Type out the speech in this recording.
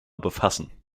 befassen